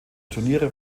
turniere